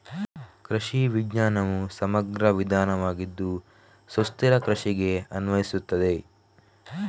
ಕೃಷಿ ವಿಜ್ಞಾನವು ಸಮಗ್ರ ವಿಧಾನವಾಗಿದ್ದು ಸುಸ್ಥಿರ ಕೃಷಿಗೆ ಅನ್ವಯಿಸುತ್ತದೆ